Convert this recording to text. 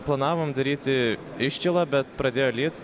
planavom daryti iščylą bet pradėjo lyt